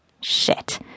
Shit